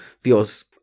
feels